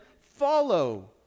follow